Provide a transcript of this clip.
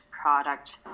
product